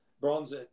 Bronze